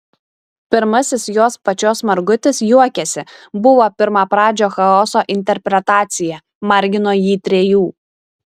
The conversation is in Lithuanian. pirmasis jos pačios margutis juokiasi buvo pirmapradžio chaoso interpretacija margino jį trejų